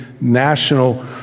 national